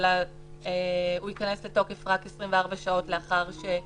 אלא ייכנס לתוקף רק 24 שעות לאחר שניתן.